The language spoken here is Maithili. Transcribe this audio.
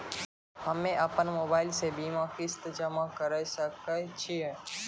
हम्मे अपन मोबाइल से बीमा किस्त जमा करें सकय छियै?